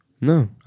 No